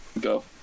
Go